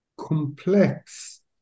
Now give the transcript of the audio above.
complex